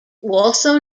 also